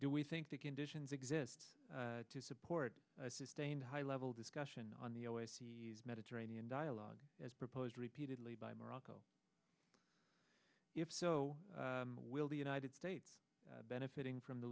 where we think the conditions exist to support a sustained high level discussion on the mediterranean dialogue as proposed repeatedly by morocco if so will the united states benefiting from the